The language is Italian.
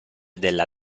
della